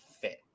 fit